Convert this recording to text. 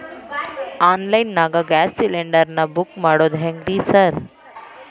Online ನಾಗ gas cylinder ನಾ book ಮಾಡೋದ್ ಹೆಂಗ್ರಿ ಸಾರ್?